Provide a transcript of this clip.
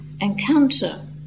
encounter